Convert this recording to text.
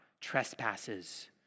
trespasses